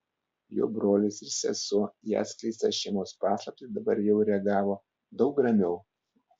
jo brolis ir sesuo į atskleistas šeimos paslaptis dabar jau reagavo daug ramiau